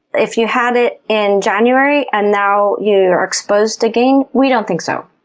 if you had it in january and now you are exposed again, we don't think so.